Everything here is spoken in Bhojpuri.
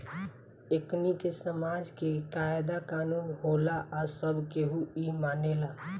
एकनि के समाज के कायदा कानून होला आ सब केहू इ मानेला